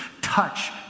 touch